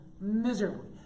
miserably